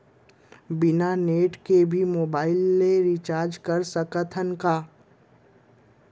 बिना नेट के भी मोबाइल ले रिचार्ज कर सकत हन का?